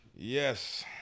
Yes